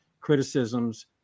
criticisms